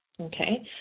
okay